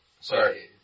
Sorry